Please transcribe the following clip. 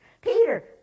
Peter